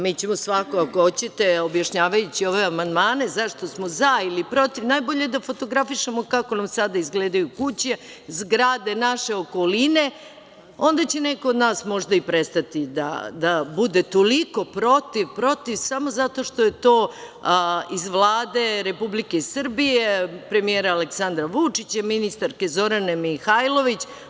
Mi ćemo svakako, ako hoćete, objašnjavajući ove amandmane zašto smo za ili protiv, najbolje da fotografišemo kako nam sada izgledaju kuće, zgrade, naše okoline i onda će neko od nas možda i prestati da bude toliko protiv, protiv samo zato što je to iz Vlade Republike Srbije, premijera Aleksandra Vučića i ministarke Zorane Mihajlović.